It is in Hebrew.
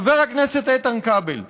חבר הכנסת איתן כבל,